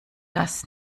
das